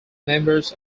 members